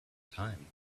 time